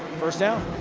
first down.